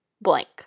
blank